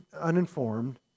uninformed